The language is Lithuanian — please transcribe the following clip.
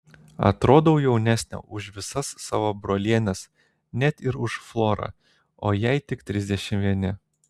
atrodau jaunesnė už visas savo brolienes net ir už florą o jai tik trisdešimt vieni